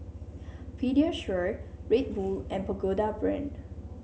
Pediasure Red Bull and Pagoda Brand